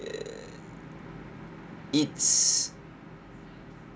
err it's